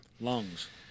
Lungs